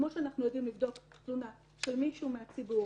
כמו שאנחנו יודעים לבדוק תלונה של מישהו מהציבור,